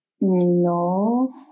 No